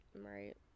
right